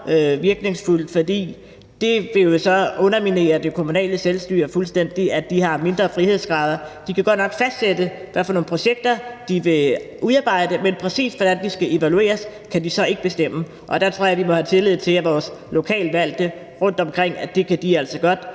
virkningsfuldt, fordi det jo vil underminere det kommunale selvstyre fuldstændig, at de har mindre frihedsgrader. De kan godt nok fastsætte, hvad for nogle projekter de vil udarbejde, men præcis hvordan de skal evalueres, kan de så ikke bestemme. Der tror jeg, vi må have tillid til, at vores lokalt valgte rundtomkring altså godt